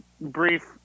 brief